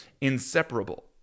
inseparable